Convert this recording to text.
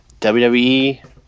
WWE